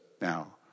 Now